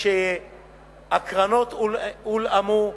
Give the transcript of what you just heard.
כשהקרנות הולאמו,